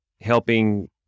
helping